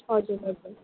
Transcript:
हजुर हजुर